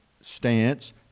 stance